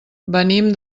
venim